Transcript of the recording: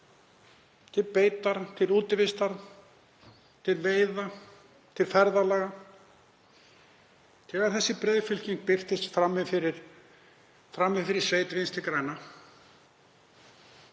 til beitar, til útivistar, til veiða, til ferðalaga. Þegar þessi breiðfylking birtist frammi fyrir sveit Vinstri grænna